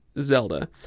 Zelda